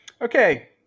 Okay